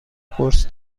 قرص